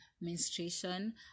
menstruation